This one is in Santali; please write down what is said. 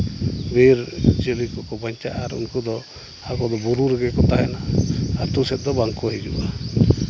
ᱵᱤᱨ ᱡᱤᱭᱟᱹᱞᱤ ᱠᱚᱠᱚ ᱵᱟᱧᱪᱟᱜᱼᱟ ᱟᱨ ᱩᱱᱠᱩ ᱫᱚ ᱟᱠᱚ ᱫᱚ ᱵᱩᱨᱩ ᱨᱮᱜᱮ ᱠᱚ ᱛᱟᱦᱮᱱᱟ ᱟᱛᱳ ᱥᱮᱫ ᱫᱚ ᱵᱟᱝ ᱠᱚ ᱦᱤᱡᱩᱜᱼᱟ